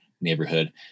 neighborhood